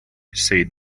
said